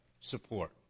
support